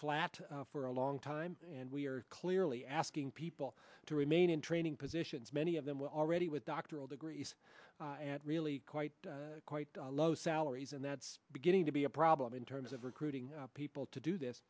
flat for a long time and we are clearly asking people to remain in training positions many of them were already with doctoral degrees at really quite quite low salaries and that's beginning to be a problem in terms of recruiting people to do this